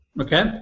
Okay